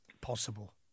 possible